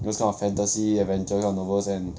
those kind of fantasy adventure kind of novels and